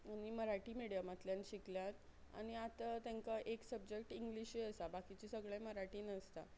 आनी मराठी मिडयमांतल्यान शिकल्यात आनी आतां तेंकां एक सबजॅक्ट इंग्लिशूय आसा बाकिचें सगळें मराठीन आसता